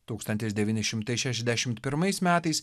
tūkstantis devyni šimtai šešiasdešim pirmais metais